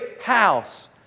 house